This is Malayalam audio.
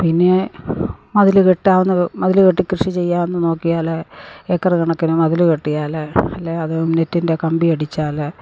പിന്നെ മതില് കെട്ടാവുന്ന മതിൽ കെട്ടി കൃഷി ചെയ്യാവുമെന്ന് നോക്കിയാല് ഏക്കറുകണക്കിന് മതിലുകെട്ടിയാല് അല്ലേ അത് നെറ്റിൻ്റെ കമ്പിയടിച്ചാല്